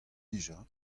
dija